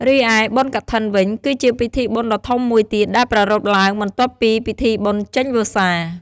រីឯ បុណ្យកឋិន វិញ គឺជាពិធីបុណ្យដ៏ធំមួយទៀត ដែលប្រារព្ធឡើងបន្ទាប់ពីពិធីបុណ្យចេញវស្សា។